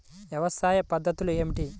వ్యవసాయ పద్ధతులు ఏమిటి?